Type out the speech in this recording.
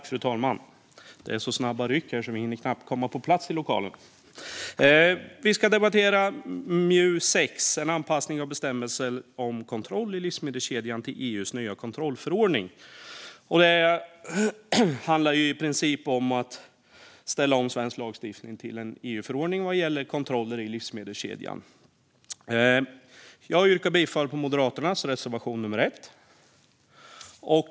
Fru talman! Vi ska nu debattera MJU6 En anpassning av bestämmelser om kontroll i livsmedelskedjan till EU:s nya kontrollförordning . Det handlar i princip om att ställa om svensk lagstiftning till en EU-förordning vad gäller kontroller i livsmedelskedjan. Jag yrkar bifall till Moderaternas reservation nummer 1.